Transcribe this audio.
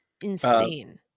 insane